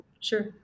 sure